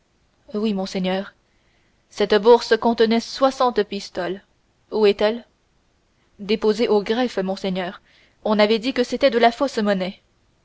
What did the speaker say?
oui monseigneur cette bourse contenait soixante pistoles où est-elle déposée au greffe monseigneur on avait dit que c'était de la fausse monnaie